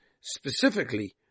specifically